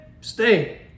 Stay